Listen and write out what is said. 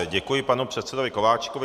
Děkuji panu předsedovi Kováčikovi.